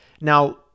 Now